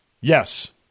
Yes